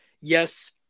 Yes